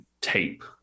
tape